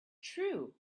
true